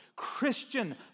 Christian